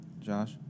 Josh